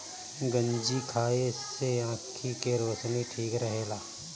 गंजी खाए से आंखी के रौशनी ठीक रहेला